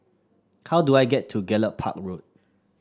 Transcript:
how do I get to Gallop Park Road